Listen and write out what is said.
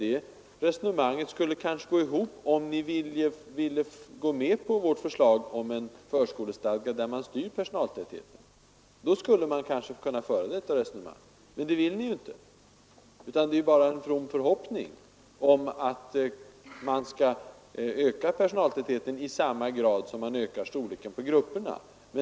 Det resonemanget skulle kanske gå ihop om ni ville gå med på vårt förslag om en förskolestadga där man styr personaltätheten. Men det vill ju ni inte. Det är bara en from förhoppning från er sida om att man skall öka personalen i samma grad som man ökar storleken på grupperna.